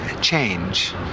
change